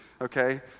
okay